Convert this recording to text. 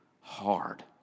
hard